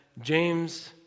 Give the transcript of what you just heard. James